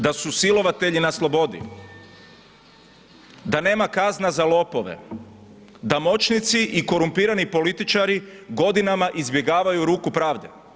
Da su silovatelji na slobodi, da nema kazna za lopove, da moćnici i korumpirani političari godinama izbjegavaju ruku pravde.